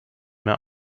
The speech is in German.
mehr